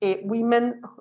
women